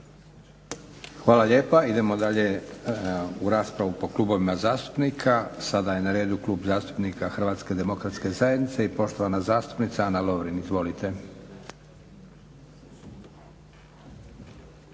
Hvala lijepa. Idemo dalje u raspravu po klubovima zastupnika. Sada je na redu Klub zastupnika HDZ-a i poštovana zastupnica Ana Lovrin. Izvolite.